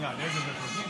יש רוע ויש תועבה.